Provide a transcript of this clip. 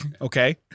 Okay